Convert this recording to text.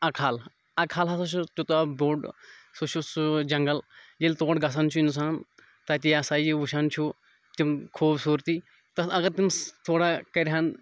اَکہٕ حَل اَکہٕ حَل ہَسا چھُ تیوٗتھاہ بوٚڈ سُہ چھُ سُہ جنٛگَل ییٚلہِ تور گژھان چھِ اِنسان تَتہِ یہِ ہَسا یہِ وٕچھان چھُ تِم خوٗبصوٗرتی تَتھ اگر تِم تھوڑا کَرہَن